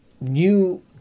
new